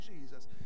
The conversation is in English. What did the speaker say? Jesus